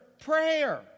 prayer